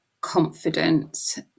confidence